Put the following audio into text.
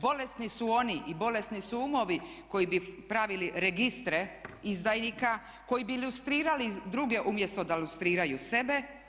Bolesni su oni i bolesni su umovi koji bi pravili registre izdajnika, koji bi lustrirali druge umjesto da lustriraju sebe.